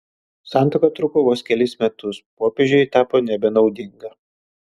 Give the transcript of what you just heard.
santuoka truko vos kelis metus popiežiui ji tapo nebenaudinga